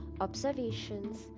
observations